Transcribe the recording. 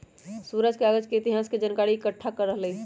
सुरेश कागज के इतिहास के जनकारी एकट्ठा कर रहलई ह